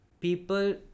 people